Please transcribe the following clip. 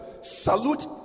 Salute